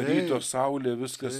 ryto saulė viskas